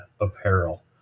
apparel